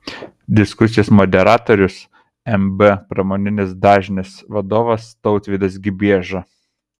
diskusijos moderatorius mb pramoninis dažnis vadovas tautvydas gibieža